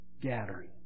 gathering